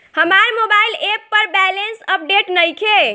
हमार mobile app पर balance update नइखे